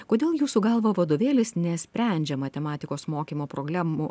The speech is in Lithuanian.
kodėl jūsų galva vadovėlis nesprendžia matematikos mokymo problemų